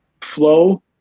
flow